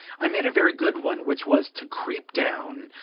i made a very good one which was, to creep down,